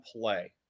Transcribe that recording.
play